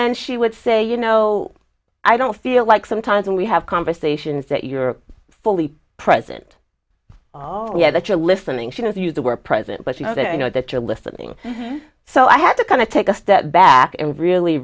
then she would say you know i don't feel like sometimes when we have conversations that you're fully present oh yeah that you're listening she doesn't use the word president but you know that you know that you're listening so i had to kind of take a step back and really